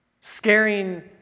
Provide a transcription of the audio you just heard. scaring